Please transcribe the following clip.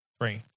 Three